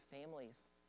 families